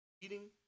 eating